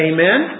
Amen